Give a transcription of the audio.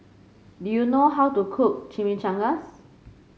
do you know how to cook Chimichangas